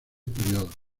períodos